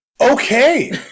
Okay